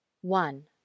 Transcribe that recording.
one